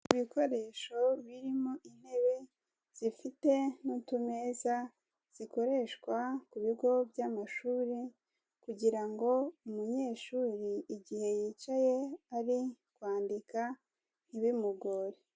Ibikoresho birimo intebe zifite n'utumeza zikoreshwa ku bigo by'amashuri kugira ngo umunyeshuri igihe yicaye ari kwandika ntibimugore.